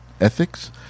ethics